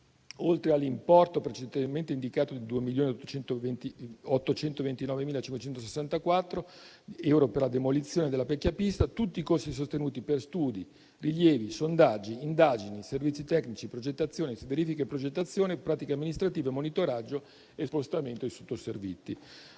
oltre all'importo precedentemente indicato di 2.000.829.564 euro per la demolizione della vecchia pista, tutti i costi sostenuti per studi, rilievi, sondaggi, indagini, servizi tecnici, progettazione, verifica e progettazione, pratiche amministrative, monitoraggio e spostamento dei sottoservizi.